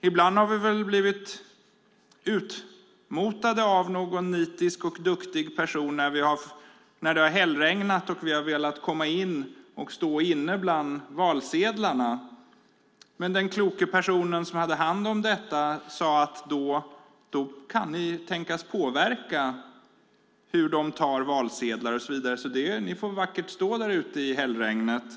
Ibland har vi blivit utmotade av någon nitisk och duktig person när det har hällregnat och vi har velat komma in och stå inne bland valsedlarna. Den kloke personen som hade hand om detta sade att då kunde vi tänkas påverka hur människor tar valsedlar och så vidare. Vi fick vackert stå där ute i hällregnet.